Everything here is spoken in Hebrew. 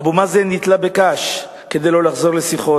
אבו מאזן נתלה בקש כדי שלא לחזור לשיחות,